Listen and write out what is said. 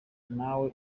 natwe